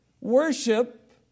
Worship